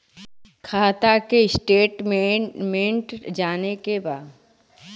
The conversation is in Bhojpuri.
खाता के स्टेटमेंट जाने के बा?